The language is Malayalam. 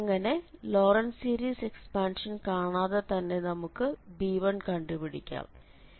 അങ്ങനെ ലോറന്റ് സീരീസ് എക്സ്പാൻഷൻ കാണാതെ തന്നെ നമുക്ക് b1 കണ്ടുപിടിക്കാം